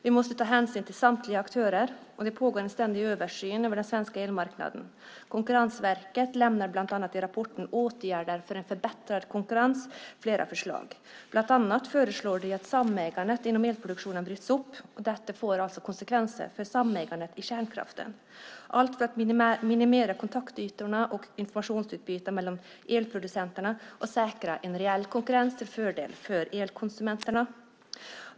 Vi måste ta hänsyn till samtliga aktörer, och det pågår en ständig översyn av den svenska elmarknaden. Konkurrensverket lämnar bland annat i rapporten Åtgärder för en förbättrad konkurrens flera förslag. Bland annat föreslår man att samägandet inom elproduktionen bryts upp. Detta får alltså konsekvenser för samägandet i kärnkraften. Det sker för att minimera kontaktytorna och informationsutbytet mellan elproducenterna och säkra en reell konkurrens till fördel för elkonsumenterna.